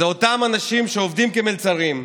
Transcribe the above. אותם אנשים שעובדים כמלצרים,